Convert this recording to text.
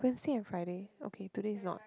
Wednesday and Friday okay today is not